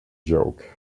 joke